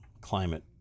climate